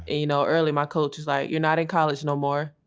you know early my coach was like you're not in college no more.